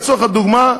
לצורך הדוגמה,